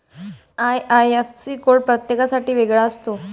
IIFC code प्रत्येकासाठी वेगळा असतो